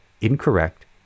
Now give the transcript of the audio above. incorrect